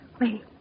Wait